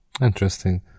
interesting